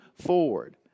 forward